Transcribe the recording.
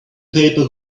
paper